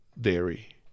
dairy